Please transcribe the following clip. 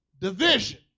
division